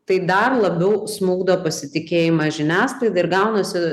tai dar labiau smukdo pasitikėjimą žiniasklaida ir gaunasi